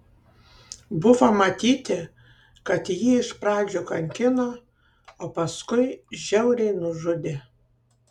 buvo matyti kad jį iš pradžių kankino o paskui žiauriai nužudė